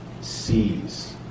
sees